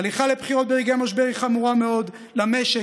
הליכה לבחירות ברגעי משבר היא חמורה מאוד למשק,